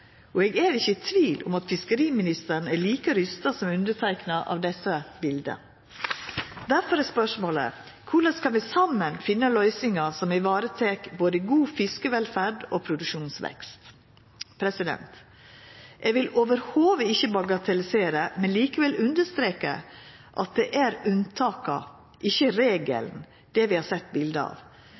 og eg er ikkje i tvil om at fiskeriministeren er like forferda som eg, av desse bilda. Difor er spørsmålet: Korleis skal vi saman finna løysingar som tek i vare både god fiskevelferd og produksjonsvekst? Eg vil slett ikkje bagatellisera, men likevel understreka at det er unntaka og ikkje regelen vi har sett bilde av.